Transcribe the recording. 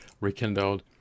rekindled